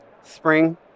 Spring